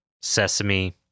sesame